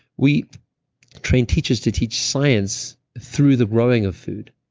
we train teachers to teach science through the growing of food.